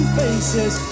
faces